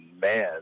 man